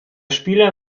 spieler